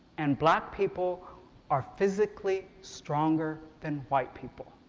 and black people are physically stronger than white people.